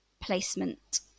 placement